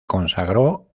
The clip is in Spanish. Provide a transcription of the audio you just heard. consagró